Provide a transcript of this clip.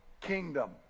kingdom